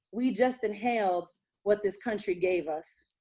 we just inhaled what this country gave us.